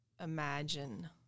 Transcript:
imagine